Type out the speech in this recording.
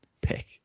pick